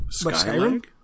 Skyrim